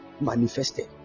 manifested